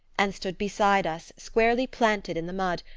and stood beside us, squarely planted in the mud,